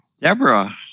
Deborah